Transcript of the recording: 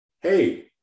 Hey